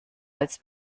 als